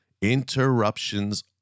Interruptions